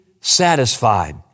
satisfied